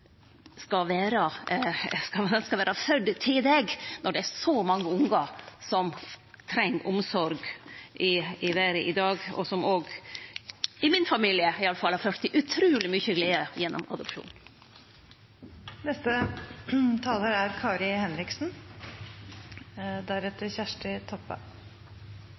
skal vere fødd til deg, når det er så mange ungar som treng omsorg i verda i dag, og som òg, i min familie iallfall, har ført til utruleg mykje glede gjennom adopsjon. For meg er